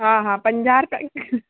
हा हा पंजाह रुपया